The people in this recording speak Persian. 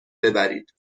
ببرید